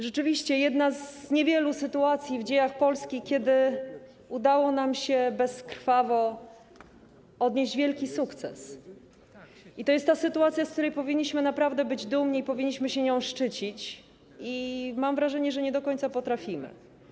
Rzeczywiście to jedna z niewielu sytuacji w dziejach Polski, kiedy udało nam się bezkrwawo odnieść wielki sukces, i to jest ta sytuacja, z której powinniśmy naprawdę być dumni, powinniśmy się nią szczycić, a mam wrażenie, że nie do końca potrafimy.